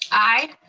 aye.